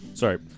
Sorry